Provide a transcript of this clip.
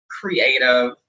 creative